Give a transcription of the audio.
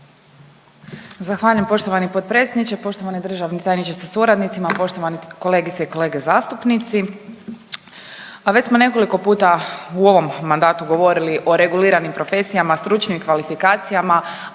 Zahvaljujem poštovani potpredsjedniče, poštovani državni tajniče sa suradnicima, poštovani kolegice i kolege zastupnici. A već smo nekoliko puta u ovom mandatu govorili o reguliranim profesijama, stručnim kvalifikacijama,